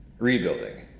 Rebuilding